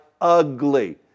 ugly